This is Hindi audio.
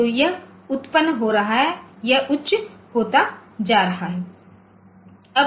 तो यह उत्पन्न हो रहा है यह उच्च होता जा रहा है